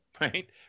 right